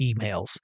emails